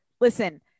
listen